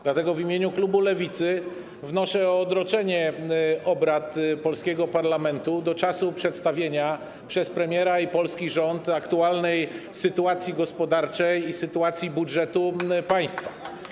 Dlatego w imieniu klubu Lewicy wnoszę o odroczenie obrad polskiego parlamentu do czasu przedstawienia przez premiera i polski rząd aktualnej sytuacji gospodarczej i sytuacji budżetu państwa.